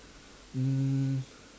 um